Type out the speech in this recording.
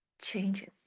changes